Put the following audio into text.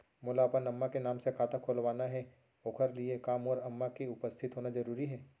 मोला अपन अम्मा के नाम से खाता खोलवाना हे ओखर लिए का मोर अम्मा के उपस्थित होना जरूरी हे?